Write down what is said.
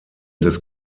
des